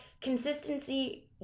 consistency